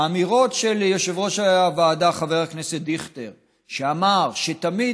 האמירה של יושב-ראש הוועדה חבר הכנסת דיכטר שתמיד